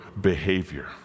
Behavior